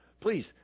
Please